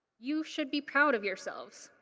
you should be proud of yourselves.